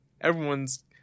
everyone's